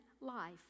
life